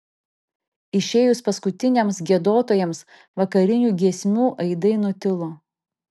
išėjus paskutiniams giedotojams vakarinių giesmių aidai nutilo